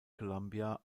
columbia